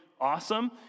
awesome